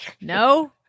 no